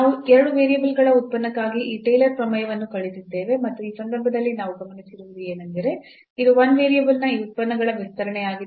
ನಾವು ಎರಡು ವೇರಿಯೇಬಲ್ಗಳ ಉತ್ಪನ್ನಕ್ಕಾಗಿ ಈ ಟೇಲರ್ ಪ್ರಮೇಯವನ್ನು ಕಲಿತಿದ್ದೇವೆ ಮತ್ತು ಈ ಸಂದರ್ಭದಲ್ಲಿ ನಾವು ಗಮನಿಸಿರುವುದು ಏನೆಂದರೆ ಇದು 1 ವೇರಿಯಬಲ್ನ ಈ ಉತ್ಪನ್ನಗಳ ವಿಸ್ತರಣೆಯಾಗಿದೆ